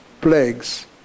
plagues